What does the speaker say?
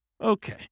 Okay